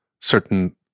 certain